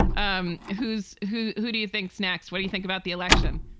um who's who? who do you think? snacks. what do you think about the election?